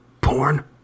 porn